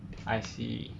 I see